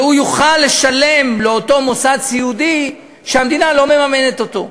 והוא יוכל לשלם לאותו מוסד סיעודי שהמדינה לא מממנת אותו.